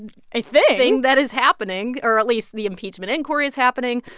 a thing. thing that is happening or, at least, the impeachment inquiry is happening,